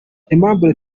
aimable